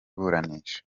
iburanisha